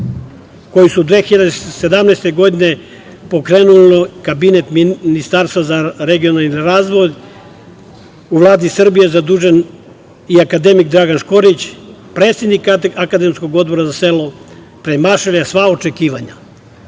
koju su 2017. godine pokrenuli kabinet Ministarstva za regionalni razvoj u Vladi Srbije i zadužen je akademik Vladan Škorić, predsednik akademskog odbora za selo, premašili su sva očekivanja.Za